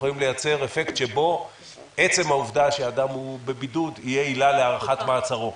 אפקט שבו עצם העובדה שאדם בבידוד תהיה עילה להארכת מעצרו.